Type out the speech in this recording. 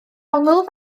ongl